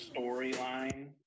storyline